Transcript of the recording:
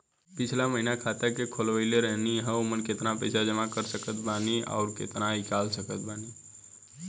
पिछला महीना खाता खोलवैले रहनी ह और अब केतना पैसा जमा कर सकत बानी आउर केतना इ कॉलसकत बानी?